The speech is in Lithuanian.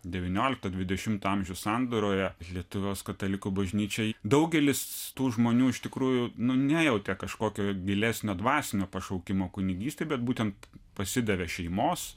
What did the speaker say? devyniolikto dvidešimto amžių sandūroje lietuvos katalikų bažnyčiai daugelis tų žmonių iš tikrųjų nu nejautė kažkokio gilesnio dvasinio pašaukimo kunigystei bet būtent pasidavė šeimos